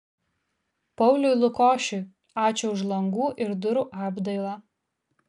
pauliui lukošiui ačiū už langų ir durų apdailą